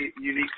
unique